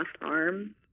arm